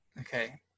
Okay